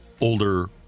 older